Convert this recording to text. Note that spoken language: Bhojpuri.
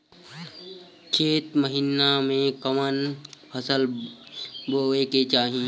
चैत महीना में कवन फशल बोए के चाही?